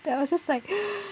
that was just like